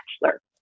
bachelor